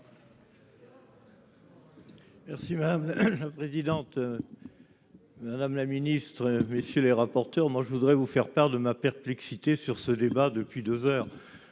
Merci madame la présidente, madame la ministre, messieurs les rapporteurs, moi, je voudrais vous faire part de ma perplexité sur ce débat depuis 2 heures